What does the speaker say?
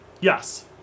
Yes